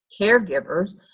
caregivers